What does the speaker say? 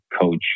coach